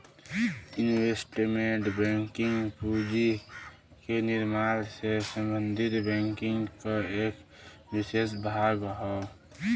investment banking पूंजी के निर्माण से संबंधित बैंकिंग क एक विसेष भाग हौ